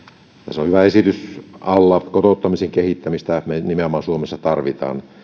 tässä on hyvä esitys alla nimenomaan kotouttamisen kehittämistä me suomessa tarvitsemme